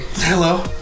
hello